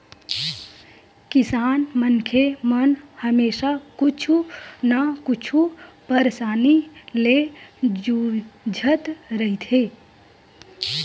किसान मनखे मन हमेसा कुछु न कुछु परसानी ले जुझत रहिथे